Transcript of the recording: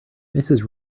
mrs